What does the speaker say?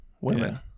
women